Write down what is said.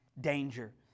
danger